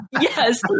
Yes